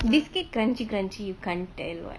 basically crunchy crunchy you can't tell what